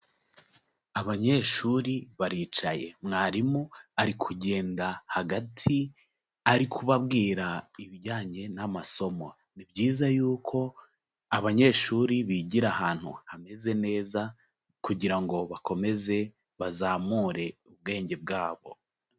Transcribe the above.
Abanyeshuri baricaye mwarimu ari kugenda hagati ari kubabwira ibijyanye n'amasomo, ni byiza yuko abanyeshuri bigira ahantu hameze neza kugira ngo bakomeze bazamure ubwenge bwabo.